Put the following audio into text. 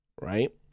right